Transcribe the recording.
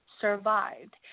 survived